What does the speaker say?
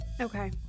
Okay